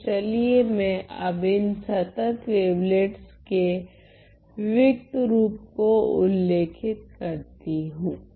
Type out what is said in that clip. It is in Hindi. तो चलिए मैं अब इन संतत् वेवलेट्स के विविक्त रूप को उल्लेखित करती हूँ